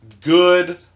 good